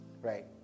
right